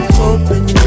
hoping